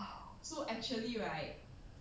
!wow!